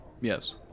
Yes